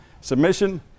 Submission